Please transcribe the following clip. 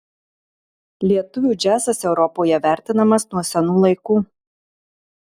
lietuvių džiazas europoje vertinamas nuo senų laikų